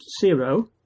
zero